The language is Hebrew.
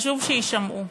חשוב שיישמעו.